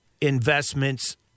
investments